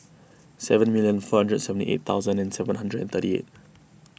seven million four hundred and seventy eight thousand and seven hundred and thirty eight